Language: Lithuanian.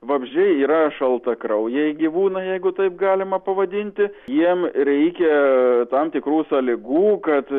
vabzdžiai yra šaltakraujai gyvūnai jeigu taip galima pavadinti jiem reikia tam tikrų sąlygų kad